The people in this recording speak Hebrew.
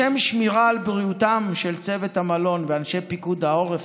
לשם שמירה על בריאותם של צוות המלון ואנשי פיקוד העורף